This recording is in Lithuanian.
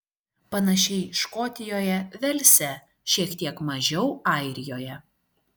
panašiai škotijoje velse šiek tiek mažiau airijoje